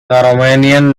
romanian